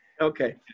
Okay